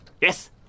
Yes